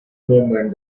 movement